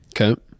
Okay